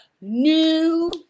new